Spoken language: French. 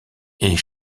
est